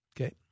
Okay